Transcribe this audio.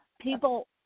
people